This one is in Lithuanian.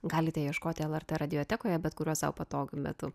galite ieškoti lrt radiotekoje bet kuriuo sau patogiu metu